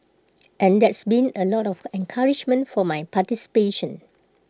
and there's been A lot of encouragement for my participation